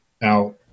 Now